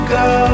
go